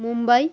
Mumbai